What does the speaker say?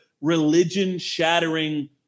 religion-shattering